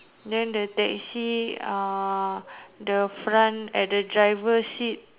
then the taxi ah the front at the driver seat